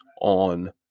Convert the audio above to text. on